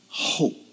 hope